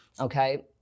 Okay